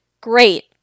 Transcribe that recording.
Great